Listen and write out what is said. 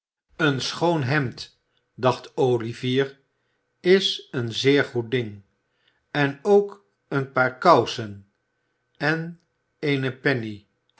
een schoon hemd dacht olivier is een zeer goed ding en ook een paar kousen en eene penny